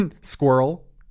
Squirrel